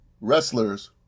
wrestlers